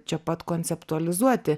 čia pat konceptualizuoti